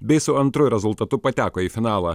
bei su antru rezultatu pateko į finalą